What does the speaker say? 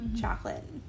chocolate